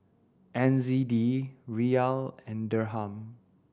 N Z D Riyal and Dirham